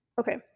Okay